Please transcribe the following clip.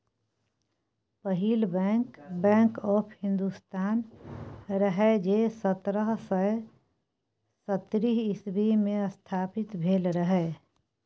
पहिल bank, bank of Hindustan रहय जे सतरह सय सत्तरि इस्बी मे स्थापित भेल रहय